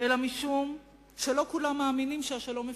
אלא משום שלא כולם מאמינים שהשלום אפשרי.